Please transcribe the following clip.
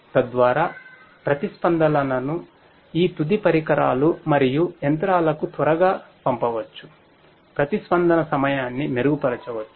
తద్వారా ప్రతిస్పందనలను ఈ తుది పరికరాలు మరియు యంత్రాలకు త్వరగా పంపవచ్చు ప్రతిస్పందన సమయాన్ని మెరుగుపరచవచ్చు